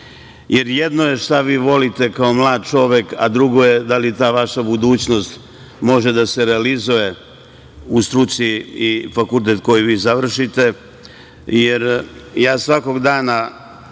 jer jedno je šta vi volite kao mlad čovek a drugo je da li ta vaša budućnost može da se realizuje u struci i fakultet koji vi završite,